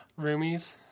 Roomies